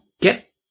get